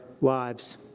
lives